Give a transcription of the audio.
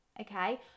okay